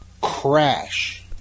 crash